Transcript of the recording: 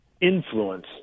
influence